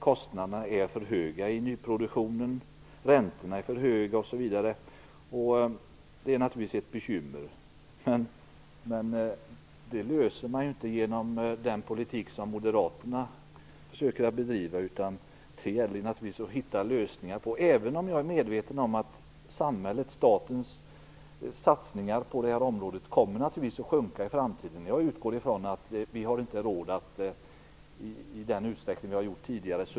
Kostnaderna i nyproduktionen är för höga, räntorna är för höga, osv. Det är naturligtvis ett bekymmer. Men det problemet löser man inte med den politik som Moderaterna försöker bedriva. Jag är medveten om att samhällets, statens satsningar på det här området kommer att minska i framtiden. Jag utgår från att vi inte har råd att subventionera boendet i den utsträckning vi har gjort tidigare.